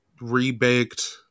rebaked